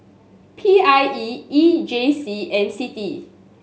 P I E E J C and CITI